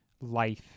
life